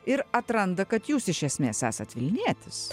ir atranda kad jūs iš esmės esat vilnietis